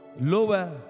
lower